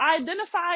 identify